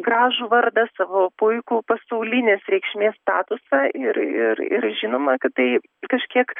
gražų vardą savo puikų pasaulinės reikšmės statusą ir ir ir žinoma kad tai kažkiek